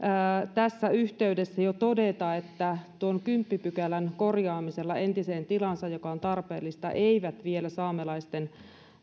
tässä yhteydessä jo todeta että tuon kymmenennen pykälän korjaamisella entiseen tilaansa mikä on tarpeellista eivät saamelaisten